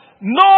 No